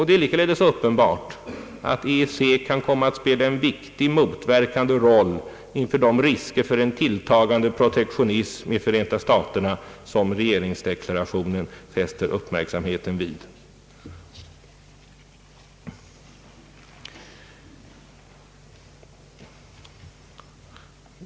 Det är likaledes uppenbart att EEC kan komma att spela en viktig motverkande roll inför de risker för en tilltagande protektionism i Förenta staterna som regeringsdeklarationen fäster uppmärksamheten vid.